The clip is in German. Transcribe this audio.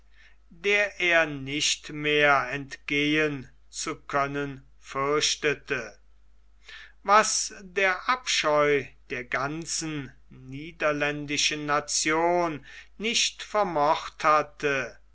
der er nicht mehr entgehen zu können fürchtete was der abscheu der ganzen niederländischen nation nicht vermocht hatte